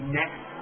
next